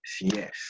Yes